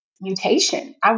mutation